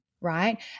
right